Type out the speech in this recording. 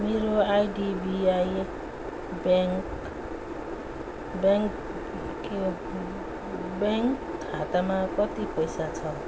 मेरो IDBI bank bank के हो ब्याङ्क खातामा कति पैसा छ